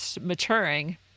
maturing